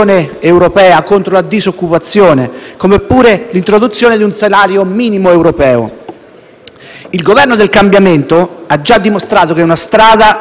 Il Governo del cambiamento ha già dimostrato che è una strada percorribile con l'introduzione del reddito di cittadinanza e le riforme collegate, come ad esempio quota 100.